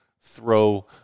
throw